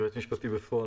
יועץ משפטי בפועל,